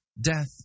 Death